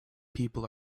people